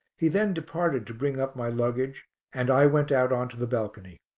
he then departed to bring up my luggage and i went out on to the balcony.